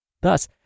Thus